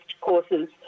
courses